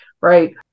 right